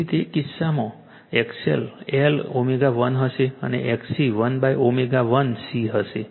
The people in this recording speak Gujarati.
તેથી તે કિસ્સામાં XL L ω1 હશે અને XC 1ω1 C હશે